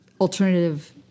alternative